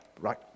right